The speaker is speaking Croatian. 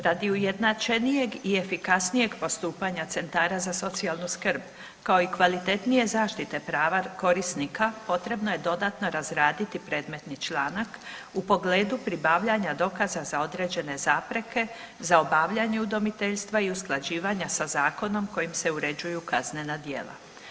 Radi ujednačenijeg i efikasnijeg postupanja centara za socijalnu skrb, kao i kvalitetnije zaštite prava korisnika, potrebno je dodatno razraditi predmetni članak u pogledu pribavljanja dokaza za određene zapreke za obavljanje udomiteljstva i usklađivanja sa zakonom kojim se uređuju kaznena djela.